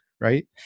right